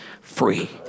free